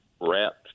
wrapped